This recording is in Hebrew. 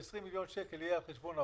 ש-20 מיליון שקל יהיה על חשבון משרד